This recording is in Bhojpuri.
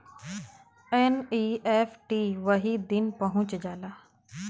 एन.ई.एफ.टी वही दिन पहुंच जाला